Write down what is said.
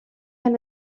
han